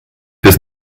bis